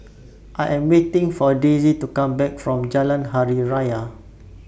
I Am waiting For Daisie to Come Back from Jalan Hari Raya